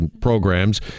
programs